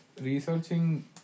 researching